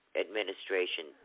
administration